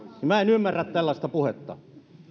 minä en ymmärrä tällaista puhetta